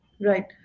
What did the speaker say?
Right